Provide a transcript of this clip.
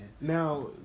Now